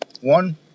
one